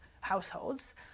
households